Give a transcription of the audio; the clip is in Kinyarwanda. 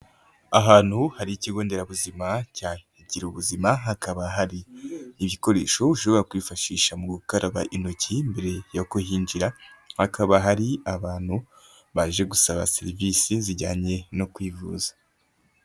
Ahantu hari ikigo nderabuzima cya girubuzima hakaba hari ibikoresho ushobora kwifashisha mu gukaraba intoki mbere yo kuhinjira, hakaba hari abantu baje gusaba serivisi zijyanye no kwivuza.